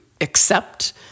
accept